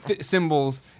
symbols